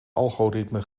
algoritme